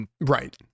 right